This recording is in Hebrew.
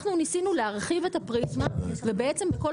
ניסינו להרחיב את הפריזמה כך שזה יכלול